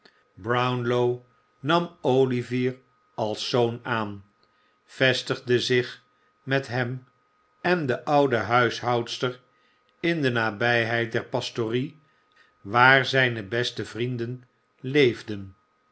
brownlow nam olivier als zoon aan vestigde zich met hem en de oude huishoudster in de nabijheid der pastorie waar zijne beste vrienden leefden